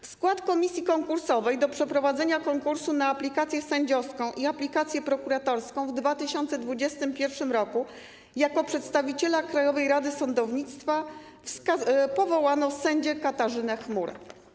W skład komisji konkursowej do przeprowadzenia konkursu na aplikację sędziowską i aplikację prokuratorską w 2021 r. jako przedstawiciela Krajowej Rady Sądownictwa powołano sędzię Katarzynę Chmur.